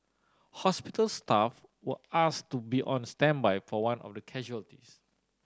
hospital staff were asked to be on standby for one of the casualties